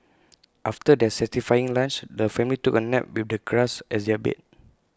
after their satisfying lunch the family took A nap with the grass as their bed